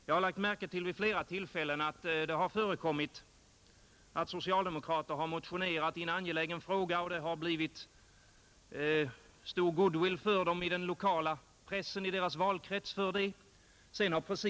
Jag har vid flera tillfällen lagt märke till att socialdemokrater har motionerat i någon angelägen fråga, vilket har givit dem stor goodwill i den lokala pressen i deras valkrets.